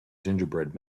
gingerbread